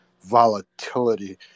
volatility